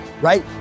right